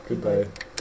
Goodbye